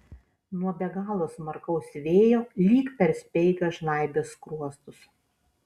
nuo be galo smarkaus vėjo lyg per speigą žnaibė skruostus